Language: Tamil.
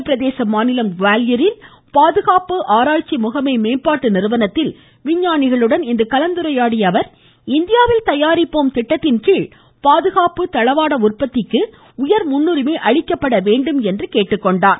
மத்திய பிரதேச மாநிலம் குவாலியரில் பாதுகாப்பு ஆராய்ச்சி முகமை மேம்பாட்டு நிறுவனத்தில் விஞ்ஞானிகளுடன் இன்று கலந்துரையாடிய அவர் இந்தியாவில் தயாரிப்போம் திட்டத்தின் கீழ் பாதுகாப்பு தளவாட உற்பத்திக்கு உயர்முன்னுரிமை அளிக்கவேண்டும் என்று கேட்டுக்கொண்டார்